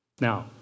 Now